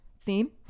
theme